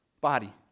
body